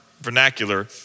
vernacular